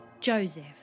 Joseph